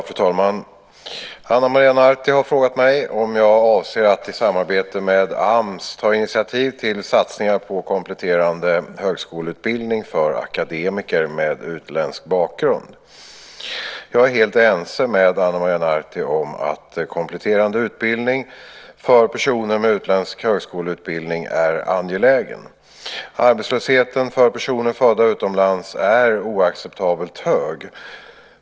Fru talman! Ana Maria Narti har frågat mig om jag avser att, i samarbete med AMS, ta initiativ till satsningar på kompletterande högskoleutbildning för akademiker med utländsk bakgrund. Jag är helt ense med Ana Maria Narti om att kompletterande utbildning för personer med utländsk högskoleutbildning är angelägen. Arbetslösheten för personer födda utomlands är oacceptabelt hög.